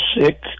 sick